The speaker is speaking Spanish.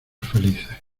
felices